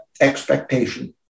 expectation